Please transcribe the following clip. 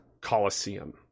colosseum